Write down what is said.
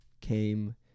came